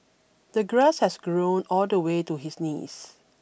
the grass had grown all the way to his knees